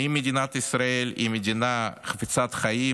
האם מדינת ישראל היא מדינה חפצת חיים,